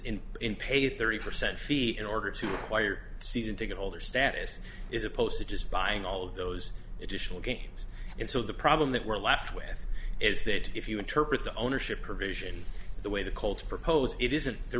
in in pay thirty percent fee in order to acquire season ticket holder status is opposed to just buying all of those additional games and so the problem that we're left with is that if you interpret the ownership provision the way the colts proposed it isn't there